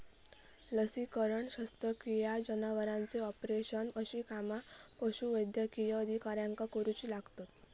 लसीकरण, शस्त्रक्रिया, जनावरांचे ऑपरेशन अशी कामा पशुवैद्यकीय अधिकाऱ्याक करुची लागतत